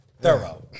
Thorough